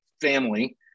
family